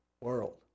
world